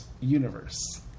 universe